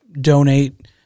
donate